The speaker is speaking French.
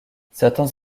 certains